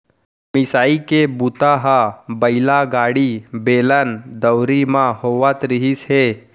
मिसाई के बूता ह बइला गाड़ी, बेलन, दउंरी म होवत रिहिस हे